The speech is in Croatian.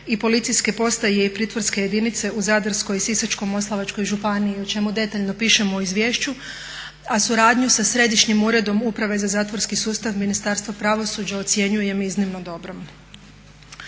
i policijske postaje i pritvorske jedinice u Zadarskoj, Sisačko-moslavačkoj županiji o čemu detaljno pišemo u izvješću, a suradnju sa Središnjim uredom uprave za zatvorski sustav Ministarstva pravosuđa ocjenjujem iznimno dobrom.